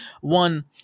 one